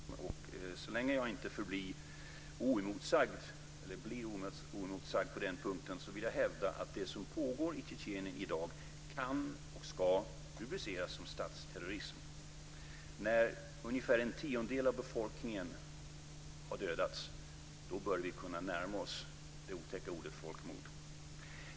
Fru talman! Tyvärr fick jag inget riktigt klarläggande när det gällde mina icke retoriska frågor om folkmord och statsterrorism. Så länge jag förblir oemotsagd på den punkten vill jag hävda att det som pågår i Tjetjenien i dag kan och ska rubriceras som statsterrorism. När ungefär en tiondel av befolkningen har dödats bör vi kunna närma oss det otäcka ordet folkmord.